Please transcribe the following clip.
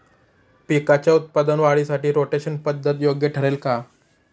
पिकाच्या उत्पादन वाढीसाठी रोटेशन पद्धत योग्य ठरेल का?